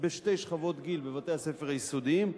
בשתי שכבות גיל בבתי-הספר היסודיים,